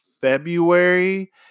February